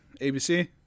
ABC